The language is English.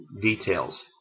details